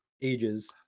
ages